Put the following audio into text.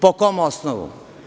Po kom osnovu?